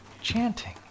chanting